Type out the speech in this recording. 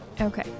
Okay